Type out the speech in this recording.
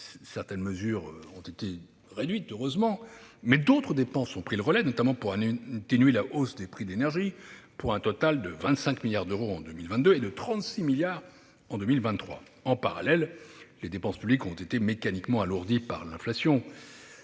sortie, revendiquée, du « quoi qu'il en coûte », mais d'autres dépenses ont pris le relais, notamment pour atténuer la hausse des prix de l'énergie, pour un total de 25 milliards d'euros en 2022 et de 36 milliards en 2023. En parallèle, les dépenses publiques ont été mécaniquement alourdies par l'inflation.